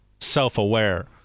self-aware